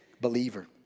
believer